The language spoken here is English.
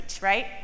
right